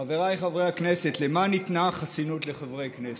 חבריי חברי הכנסת, למה ניתנה החסינות לחברי כנסת?